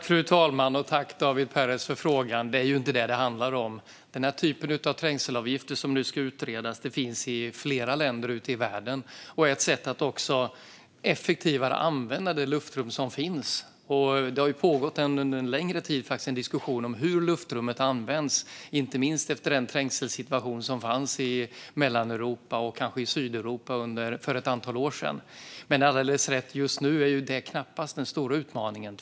Fru talman! Jag tackar David Perez för frågan. Det är inte vad det handlar om. Den här typen av trängselavgifter som nu ska utredas finns i flera länder i världen. Det är ett sätt att effektivare använda det luftrum som finns. Det har under en längre tid pågått en diskussion om hur luftrummet används, inte minst efter den trängselsituation som var i Mellaneuropa och kanske Sydeuropa för ett antal år sedan. Men det är alldeles riktigt att just nu är trängsel knappast den stora utmaningen.